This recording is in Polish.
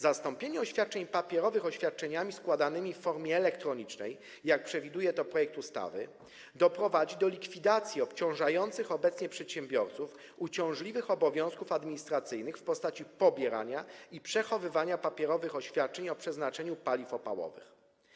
Zastąpienie oświadczeń papierowych oświadczeniami składanymi w formie elektronicznej, jak przewiduje to projekt ustawy, doprowadzi do likwidacji obciążających obecnie przedsiębiorców uciążliwych obowiązków administracyjnych w postaci pobierania i przechowywania papierowych oświadczeń o przeznaczeniu paliw opałowych.